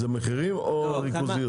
זה מחירים או ריכוזיות?